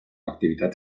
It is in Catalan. activitat